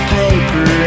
paper